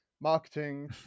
marketing